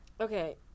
okay